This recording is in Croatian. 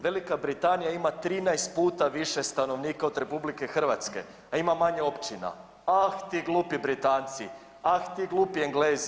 Velika Britanija ima 13 puta više stanovnika od RH, a ima manje općina, ah ti glupi Britanci, ah ti glupi Englezi.